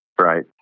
right